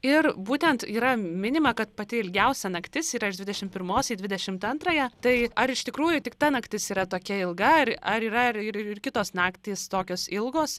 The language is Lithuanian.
ir būtent yra minima kad pati ilgiausia naktis yra iš dvidešim pirmos į dvidešimt antrąją tai ar iš tikrųjų tik ta naktis yra tokia ilga ar ar yra ir ir ir kitos naktys tokios ilgos